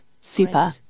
super